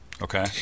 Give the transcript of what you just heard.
Okay